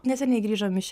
neseniai grįžom iš